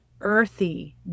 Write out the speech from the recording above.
earthy